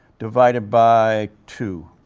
divided by two.